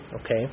okay